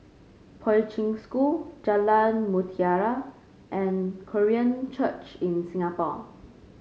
Poi Ching School Jalan Mutiara and Korean Church in Singapore